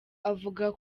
avuga